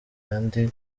kandi